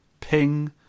Ping